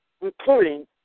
including